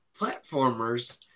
platformers